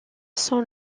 sans